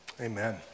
Amen